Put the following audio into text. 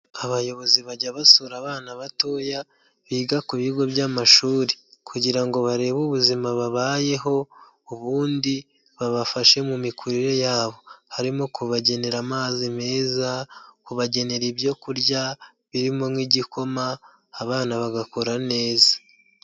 Abayobozi bajya basura abana batoya, biga ku bigo by'amashuri. Kkugira ngo barebe ubuzima babayeho, ubundi babafashe mu mikurire yabo. Harimo kubagenera amazi meza, kubagenera ibyo kurya birimo nk'igikoma, abana bagakura neza.